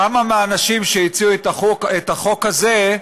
כמה מהאנשים שהציעו את החוק הזה,